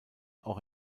auch